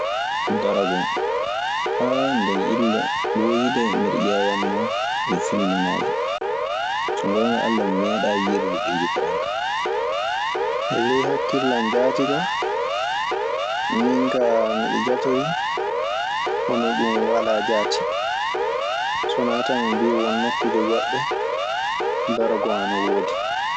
Daragon ndeen illa mooyi dee miɗe ƴeewanoo ɗun e filmuŋaaji. So ngoonga Alla mi meeɗaa yiyru ɗun e yitere an kaa. E ley hakkillan jaati kaa, min kaa miɗe jatorii hono ɗun walaa jaati. So wanaa tan ɓe mbii won nokkuuje goɗɗe daragon ana woodi.